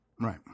Right